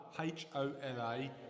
H-O-L-A